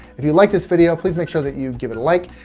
if you like this video. please make sure that you give it a like,